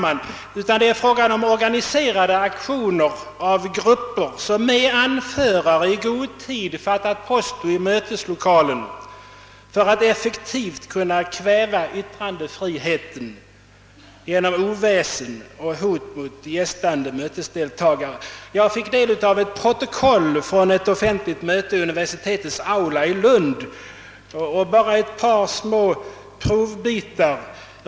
Det är i stället fråga om organiserade aktioner av grupper, som med anförare i god tid fattat posto i möteslokalen för att effektivt kunna kväva yttrandefriheten genom oväsen och hot mot gästande mötesdeltagare. Jag fick del av ett protokoll från ett offentligt möte i universitetets aula i Lund, och jag vill referera ett par små provbitar.